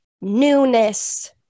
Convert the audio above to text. newness